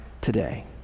today